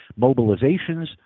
mobilizations